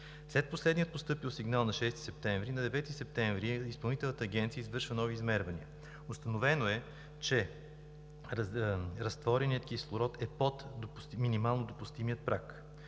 След последния постъпил сигнал на 6 септември на 9 септември Изпълнителната агенция извършва нови измервания. Установено е, че разтвореният кислород е под минимално допустимия праг.